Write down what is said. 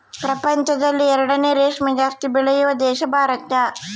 ಪ್ರಪಂಚದಲ್ಲಿ ಎರಡನೇ ರೇಷ್ಮೆ ಜಾಸ್ತಿ ಬೆಳೆಯುವ ದೇಶ ಭಾರತ